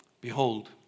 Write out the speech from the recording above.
Behold